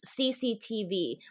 CCTV